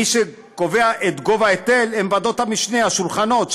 מי שקובע את גובה ההיטל זה ועדות המשנה, השולחנות.